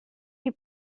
you